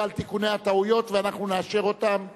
על תיקוני הטעויות ואנחנו נאשר אותם מייד,